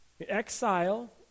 Exile